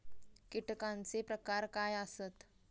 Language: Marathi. कीटकांचे प्रकार काय आसत?